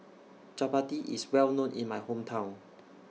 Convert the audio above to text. Chappati IS Well known in My Hometown